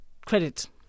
credit